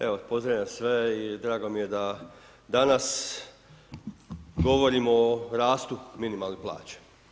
Evo, pozdravljam sve i drago mi je da danas govorimo o rastu minimalne plaće.